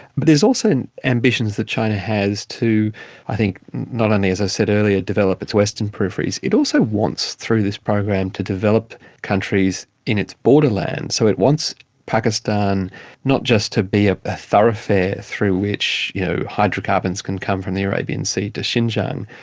but there is also ambitions that china has to i think not only, as i said earlier, develop its western peripheries, it also wants through this program to develop countries in its border land. so it wants pakistan not just to be a ah thoroughfare through which you know hydrocarbons can come from the arabian sea to xinjiang,